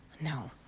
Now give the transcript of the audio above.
No